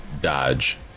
dodge